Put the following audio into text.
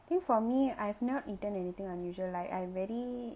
think for me I've not eaten anything unusual like I'm very